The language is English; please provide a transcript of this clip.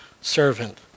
servant